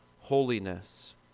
holiness